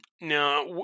Now